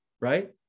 right